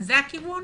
זה הכיוון?